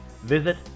Visit